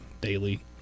daily